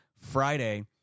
Friday